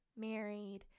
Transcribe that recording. married